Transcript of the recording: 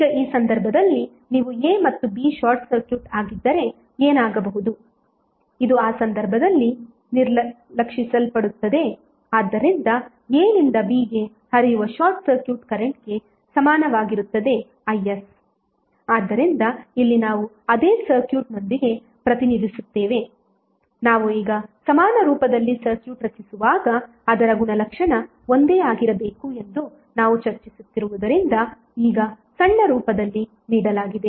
ಈಗ ಈ ಸಂದರ್ಭದಲ್ಲಿ ನೀವು A ಮತ್ತು B ಶಾರ್ಟ್ ಸರ್ಕ್ಯೂಟ್ ಆಗಿದ್ದರೆ ಏನಾಗಬಹುದು ಇದು ಆ ಸಂದರ್ಭದಲ್ಲಿ ನಿರ್ಲಕ್ಷಿಸಲ್ಪಡುತ್ತದೆ ಆದ್ದರಿಂದ A ನಿಂದ B ಗೆ ಹರಿಯುವ ಶಾರ್ಟ್ ಸರ್ಕ್ಯೂಟ್ ಕರೆಂಟ್ಗೆ ಸಮಾನವಾಗಿರುತ್ತದೆ is ಆದ್ದರಿಂದ ಇಲ್ಲಿ ನಾವು ಅದೇ ಸರ್ಕ್ಯೂಟ್ನೊಂದಿಗೆ ಪ್ರತಿನಿಧಿಸುತ್ತೇವೆ ನಾವು ಈಗ ಸಮಾನ ರೂಪದಲ್ಲಿ ಸರ್ಕ್ಯೂಟ್ ರಚಿಸುವಾಗ ಅದರ ಗುಣಲಕ್ಷಣ ಒಂದೇ ಆಗಿರಬೇಕು ಎಂದು ನಾವು ಚರ್ಚಿಸುತ್ತಿರುವುದರಿಂದ ಈಗ ಸಣ್ಣ ರೂಪದಲ್ಲಿ ನೀಡಲಾಗಿದೆ